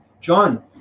John